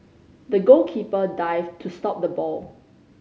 the goalkeeper dived to stop the ball